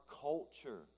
culture